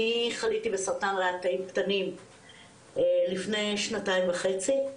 אני חליתי בסרטן ריאה תאים קטנים לפני שנתיים וחצי,